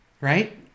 right